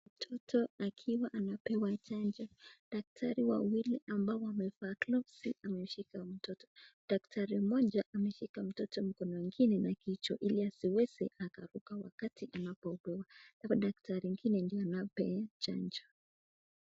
Mtoto akiwa anapewa chanjo, daktari wawili ambao wamevaa glovu wameshika mtoto. Daktari mmoja amemshika mtoto mkono ingine na kichwa ili asiweze akaanguka wakati anapopewa, daktari mwingine anampea chanjo.